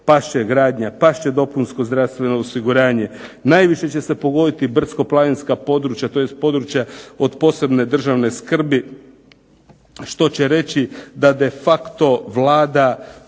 past će gradnja, past će dopunsko zdravstveno osiguranje. Najviše će se pogoditi brdsko-planinska područja tj. područja od posebne državne skrbi, što će reći da de facto Vlada